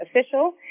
Official